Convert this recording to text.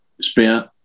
spent